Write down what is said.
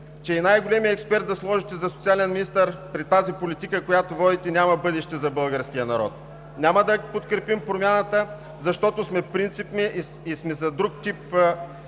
че и най-големият експерт да сложите за социален министър, при тази политика, която водите, няма бъдеще за българския народ. Няма да подкрепим промяната, защото сме принципни и сме за друг тип